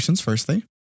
firstly